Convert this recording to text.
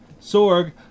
Sorg